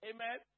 Amen